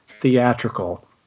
theatrical